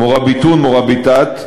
"מוראביטון", "מוראביטאת".